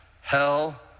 hell